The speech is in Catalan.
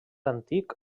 antic